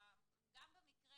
גם במקרה